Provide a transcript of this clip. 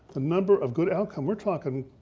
ah number of good outcome, we're talking,